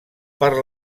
per